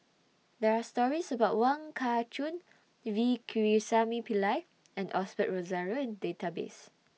There Are stories about Wong Kah Chun V Pakirisamy Pillai and Osbert Rozario in The Database